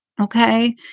okay